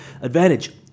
advantage